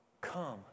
Come